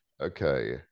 Okay